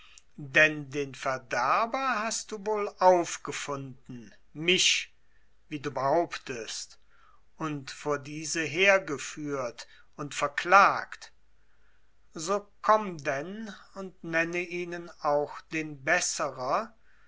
denn den verderber hast du wohl aufgefunden mich wie du behauptest und vor diese hergeführt und verklagt so komm denn und nenne ihnen auch den besserer